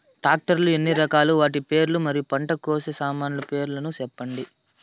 Tractor లు ఎన్ని రకాలు? వాటి పేర్లు మరియు పంట కోసే సామాన్లు పేర్లను సెప్పండి?